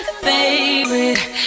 favorite